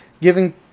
giving